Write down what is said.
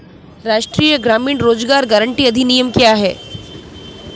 राष्ट्रीय ग्रामीण रोज़गार गारंटी अधिनियम क्या है?